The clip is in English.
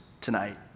tonight